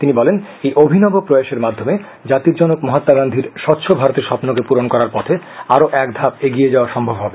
তিনি বলেন এই অভিনব প্রয়াসের মাধ্যমে জাতির জনক মহাল্মা গান্ধীর স্বচ্ছ ভারতের স্বপ্নকে পূরণ করার পথে আরও এক ধাপ এগিয়ে যাওয়া সম্ভব হবে